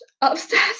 upstairs